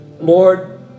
Lord